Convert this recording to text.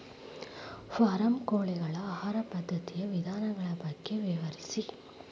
form ಕೋಳಿಗಳ ಆಹಾರ ಪದ್ಧತಿಯ ವಿಧಾನಗಳ ಬಗ್ಗೆ ವಿವರಿಸಿ